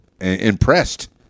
impressed